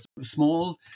small